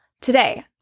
today